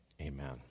amen